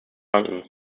danken